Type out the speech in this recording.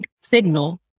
signal